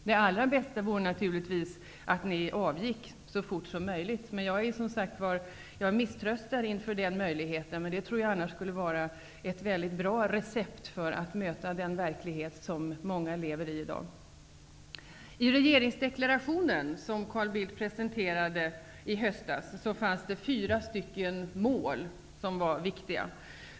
Det allra bästa vore naturligtvis att ni avgick så fort som möjligt, men jag misströstar inför den möjligheten. Det vore annars ett bra recept för att möta den verklighet som många lever i i dag. I den regeringsdeklaration som Carl Bildt presenterade i höstas fanns fyra viktiga mål.